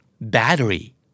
Battery